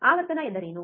ಆವರ್ತನ ಎಂದರೇನು